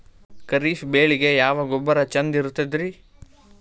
ಖರೀಪ್ ಬೇಳಿಗೆ ಯಾವ ಗೊಬ್ಬರ ಚಂದ್ ಇರತದ್ರಿ?